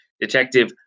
detective